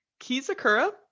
kizakura